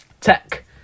tech